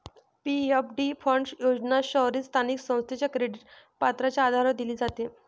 PFD fund योजना शहरी स्थानिक संस्थेच्या क्रेडिट पात्रतेच्या आधारावर दिली जाते